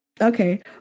Okay